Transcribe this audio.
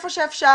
מאיפה שאפשר,